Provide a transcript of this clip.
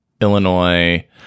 Illinois